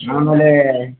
ಆಮೇಲೇ